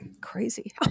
crazy